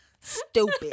stupid